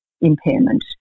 impairment